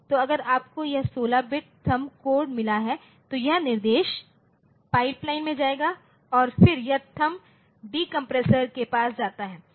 तो अगर आपको यह 16 बिट थंब कोड मिला है तो यह निर्देश पाइपलाइन में जाता है और फिर यह थंब डिकम्प्रेसर के पास जाता है